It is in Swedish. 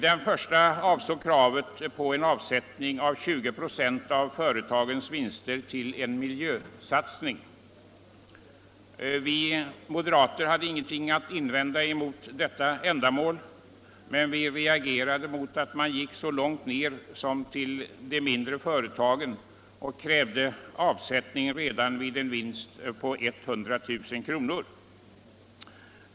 Den första propositionen avsåg kravet på avsättning av 20 96 av företagens vinster till en miljösatsning. Vi moderater hade ingenting att invända mot detta ändamål, men vi reagerade mot att man gick så långt ned som till de mindre företagen och krävde avsättning redan vid en vinst på 100 000 kr.